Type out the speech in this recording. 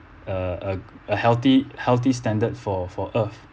a a a healthy healthy standard for for earth